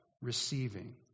receiving